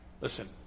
Listen